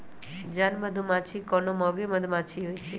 जन मधूमाछि कोनो मौगि मधुमाछि होइ छइ